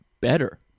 better